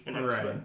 Right